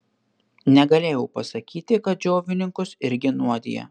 negalėjau pasakyti kad džiovininkus irgi nuodija